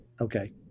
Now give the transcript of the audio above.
Okay